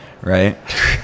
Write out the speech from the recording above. right